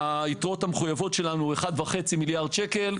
היתרות המחויבות שלנו הן 1.5 מיליארד שקל,